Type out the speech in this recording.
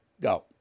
go